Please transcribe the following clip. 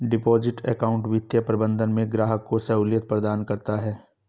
deposit account वित्तीय प्रबंधन में ग्राहक को सहूलियत प्रदान करता है